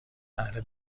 اهل